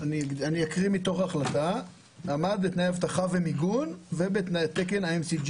אני אקריא מתוך ההחלטה: "עמד בתנאי אבטחה ומיגון ובתנאי תקן ה-GAP-IMC".